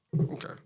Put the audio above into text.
Okay